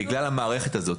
בגלל המערכת הזאת,